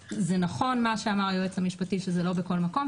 נכון מה שאמר היועץ המשפטי שזה לא בכל מקום,